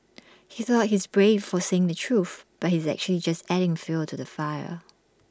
he thought he's brave for saying the truth but he's actually just adding fuel to the fire